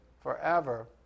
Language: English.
forever